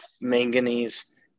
manganese